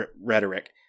rhetoric